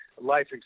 life